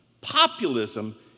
Populism